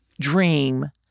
dream